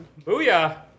Booyah